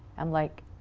i'm like,